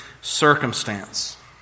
circumstance